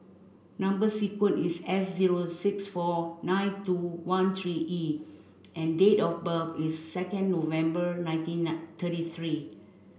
number sequence is S zero six four nine two one three E and date of birth is second November nineteen nine thirty three